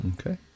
Okay